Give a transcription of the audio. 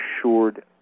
assured